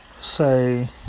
say